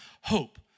hope